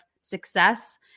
success